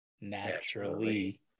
naturally